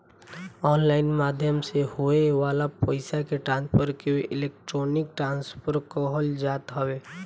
online माध्यम से होए वाला पईसा के ट्रांसफर के इलेक्ट्रोनिक ट्रांसफ़र कहल जात हवे